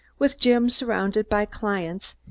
with jim surrounded by clients,